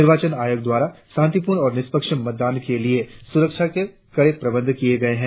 निर्वाचन आयोग द्वारा शांतिपूर्ण और निष्पक्ष मतदान के लिए सुरक्षा के कड़े प्रबंध किए गए हैं